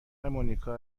مونیکا